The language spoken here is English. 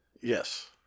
Yes